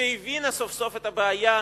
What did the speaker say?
שהבינה סוף-סוף את הבעיה,